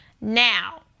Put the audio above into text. Now